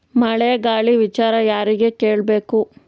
ಮಳೆ ಗಾಳಿ ವಿಚಾರ ಯಾರಿಗೆ ಕೇಳ್ ಬೇಕು?